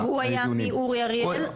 הוא היה מאורי אריאל?